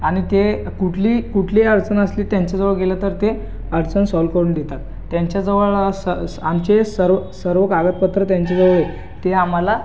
आणि ते कुठली कुठलीही अडचण असली त्यांच्याजवळ गेलं तर ते अडचण सॉल करून देतात त्यांच्याजवळ स आमचे सर्व सर्व कागदपत्र त्यांच्याजवळ आहेत ते आम्हाला